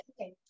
okay